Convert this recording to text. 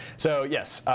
so yes,